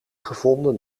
gevonden